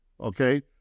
okay